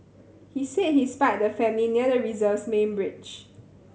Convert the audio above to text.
he said he spied the family near the reserve's main bridge